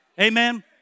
Amen